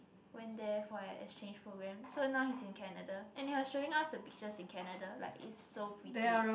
went there for an exchange program so now he's in Canada and he was showing us the pictures in Canada like its so pretty